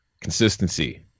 consistency